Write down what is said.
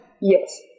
Yes